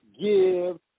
give